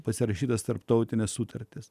pasirašytas tarptautines sutartis